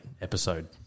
Episode